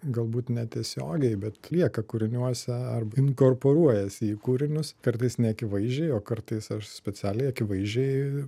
galbūt netiesiogiai bet lieka kūriniuose arba inkorporuojasi į kūrinius kartais neakivaizdžiai o kartais aš specialiai akivaizdžiai